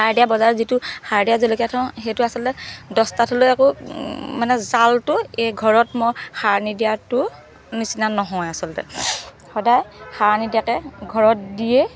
সাৰ দিয়া বজাৰৰ যিটো সাৰ দিয়া জলকীয়া থওঁ সেইটো আচলতে দছটা থ'লেও একো মানে জালটো এই ঘৰত মই সাৰ নিদিয়াটো নিচিনা নহয় আচলতে সদায় সাৰ নিদিয়াকৈ ঘৰত দিয়েই